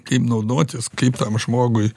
kaip naudotis kaip tam žmogui